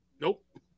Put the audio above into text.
nope